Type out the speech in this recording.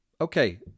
Okay